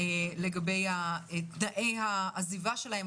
לגבי תנאי העזיבה שלהם,